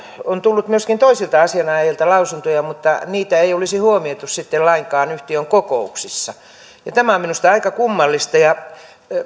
on tullut myöskin toisilta asianajajilta lausuntoja mutta niitä ei olisi huomioitu sitten lainkaan yhtiön kokouksissa tämä on minusta aika kummallista ja